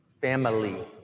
Family